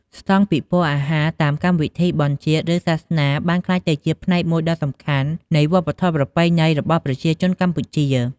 ស្តង់ពិព័រណ៍អាហារតាមកម្មវិធីបុណ្យជាតិ ឬសាសនាបានក្លាយទៅជាផ្នែកមួយដ៏សំខាន់នៃវប្បធម៌ប្រពៃណីរបស់ប្រជាជនកម្ពុជា។